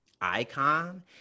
icon